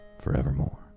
forevermore